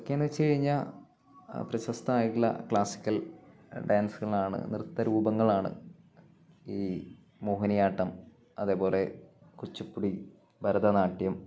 ഒക്കെയന്ന് വെച്ചുകഴിഞ്ഞാല് പ്രശസ്തമായിട്ടുള്ള ക്ലാസിക്കൽ ഡാൻസുകളാണ് നൃത്തരൂപങ്ങളാണ് ഈ മോഹിനിയാട്ടം അതേപോലെ കുച്ചിപ്പുടി ഭരതനാട്യം